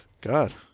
God